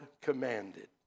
commanded